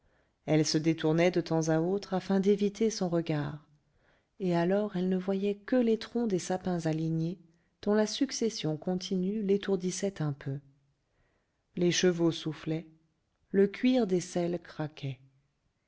elle se détournait de temps à autre afin d'éviter son regard et alors elle ne voyait que les troncs des sapins alignés dont la succession continue l'étourdissait un peu les chevaux soufflaient le cuir des selles craquait